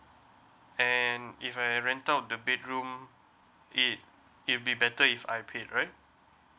and if I rent out the bedroom it it will be better if I pay right